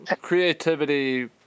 creativity